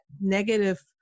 negative